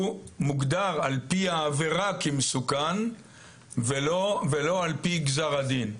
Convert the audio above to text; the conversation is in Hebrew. הוא מוגדר על פי העבירה כמסוכן ולא על פי גזר הדין.